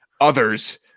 others